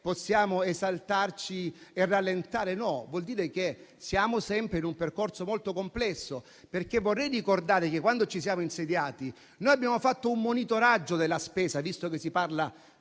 possiamo esaltarci e rallentare? No, vuol dire che siamo sempre in un percorso molto complesso, perché vorrei ricordare che quando ci siamo insediati noi abbiamo fatto un monitoraggio della spesa, visto che si parla